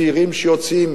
צעירים שיוצאים